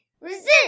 Resist